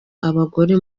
abagore